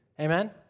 Amen